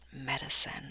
medicine